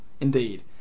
indeed